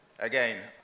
Again